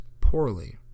poorly